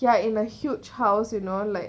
ya in a huge house you know like